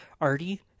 arty